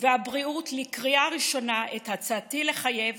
והבריאות לקריאה ראשונה את הצעתי לחייב